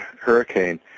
hurricane